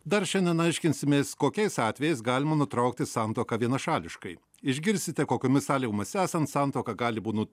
dar šiandien aiškinsimės kokiais atvejais galima nutraukti santuoką vienašališkai išgirsite kokiomis sąlygomis esant santuoka gali būti